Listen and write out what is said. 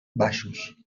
baixos